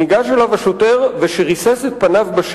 נכונה במרכז